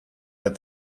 that